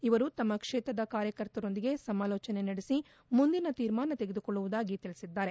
ಇವರು ತಮ್ಮ ಕ್ಷೇತ್ರದ ಕಾರ್ಯಕರ್ತರೊಂದಿಗೆ ಸಮಾಲೋಚನೆ ನಡೆಸಿ ಮುಂದಿನ ತೀರ್ಮಾನ ತೆಗೆದುಕೊಳ್ಳುವುದಾಗಿ ತಿಳಿಸಿದ್ದಾರೆ